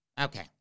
Okay